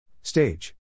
Stage